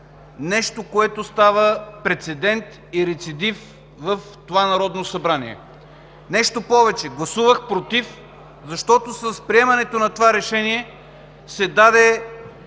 нещо, което става прецедент и рецидив в това Народно събрание. Нещо повече, гласувах „против”, защото с приемането на това Решение се даде